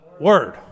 word